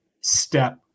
step